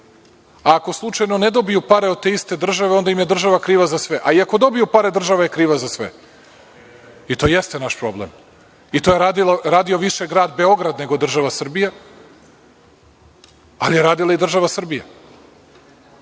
A ako slučajno ne dobiju pare od te iste države onda im je država kriva za sve. A i ako dobiju pare država je kriva za sve. I to jeste naš problem. I to je radio više Grad Beograd nego država Srbija, ali je radila i država Srbija. Da